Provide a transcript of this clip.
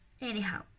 Anyhow